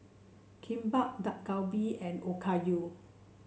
Kimbap Dak Galbi and Okayu